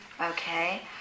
Okay